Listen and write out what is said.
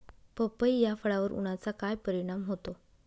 पपई या फळावर उन्हाचा काय परिणाम होतो?